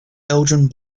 belgian